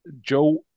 Joe